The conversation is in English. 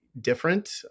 different